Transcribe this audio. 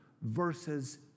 versus